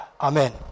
Amen